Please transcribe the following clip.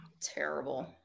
Terrible